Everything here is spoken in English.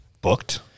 booked